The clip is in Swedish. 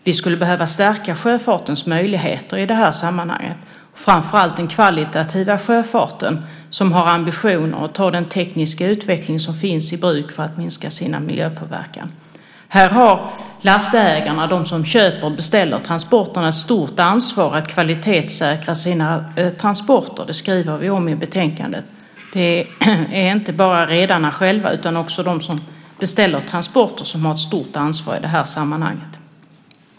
Vi skulle behöva stärka sjöfartens möjligheter i det här sammanhanget, framför allt den kvalitativa sjöfarten som har en ambition att ta i bruk den tekniska utveckling som finns för att minska sin miljöpåverkan. Här har lastägarna, de som köper och beställer transporter, ett stort ansvar att kvalitetssäkra sina transporter. Det skriver vi om i betänkandet. Det är inte bara redarna själva utan också de som beställer transporter som har ett stort ansvar i sammanhanget.